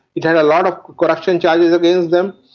it had a lot of corruption charges against them.